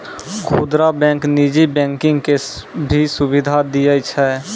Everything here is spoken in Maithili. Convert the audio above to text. खुदरा बैंक नीजी बैंकिंग के भी सुविधा दियै छै